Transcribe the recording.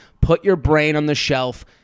put-your-brain-on-the-shelf